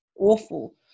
awful